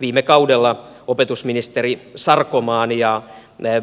viime kaudella opetusministeri sarkomaan ja